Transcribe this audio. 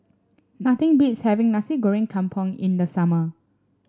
nothing beats having Nasi Goreng Kampung in the summer